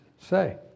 say